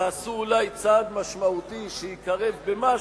תעשו אולי צעד משמעותי שיקרב אתכם במשהו,